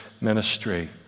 ministry